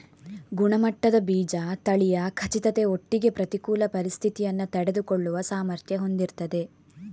ಗುಣಮಟ್ಟದ ಬೀಜ ತಳಿಯ ಖಚಿತತೆ ಒಟ್ಟಿಗೆ ಪ್ರತಿಕೂಲ ಪರಿಸ್ಥಿತಿಯನ್ನ ತಡೆದುಕೊಳ್ಳುವ ಸಾಮರ್ಥ್ಯ ಹೊಂದಿರ್ತದೆ